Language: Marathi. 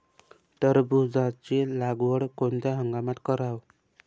टरबूजाची लागवड कोनत्या हंगामात कराव?